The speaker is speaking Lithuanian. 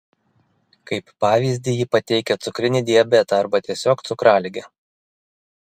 kaip pavyzdį ji pateikia cukrinį diabetą arba tiesiog cukraligę